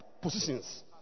positions